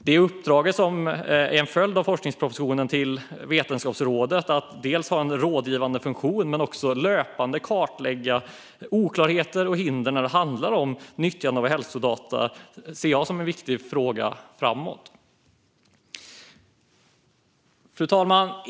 Det uppdrag till Vetenskapsrådet som är en följd av forskningspropositionen - dels att ha en rådgivande funktion, dels att löpande kartlägga oklarheter och hinder när det handlar om nyttjande av hälsodata - ser jag som en viktig fråga framöver. Fru talman!